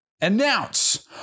announce